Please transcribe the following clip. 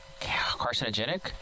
carcinogenic